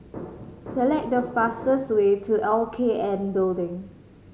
select the fastest way to L K N Building